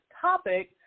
topic